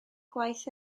gwaith